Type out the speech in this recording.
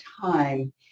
time